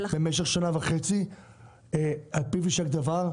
במשך שנה וחצי על פיו יישק דבר,